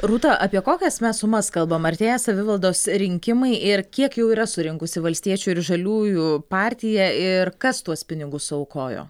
rūta apie kokias mes sumas kalbam artėja savivaldos rinkimai ir kiek jau yra surinkusi valstiečių ir žaliųjų partija ir kas tuos pinigus suaukojo